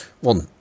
one